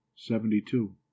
Seventy-two